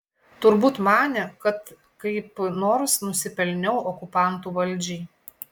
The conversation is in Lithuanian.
turbūt manė kad kaip nors nusipelniau okupantų valdžiai